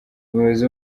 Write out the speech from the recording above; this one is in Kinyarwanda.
umuyobozi